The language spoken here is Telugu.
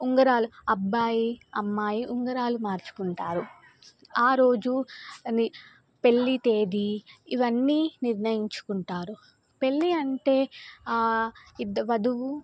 ఉంగరాలు అబ్బాయి అమ్మాయి ఉంగరాలు మార్చుకుంటారు ఆ రోజు పెళ్ళి తేదీ ఇవన్నీ నిర్ణయించుకుంటారు పెళ్ళి అంటే ఇద్ద వధువు